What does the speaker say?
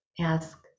ask